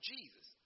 Jesus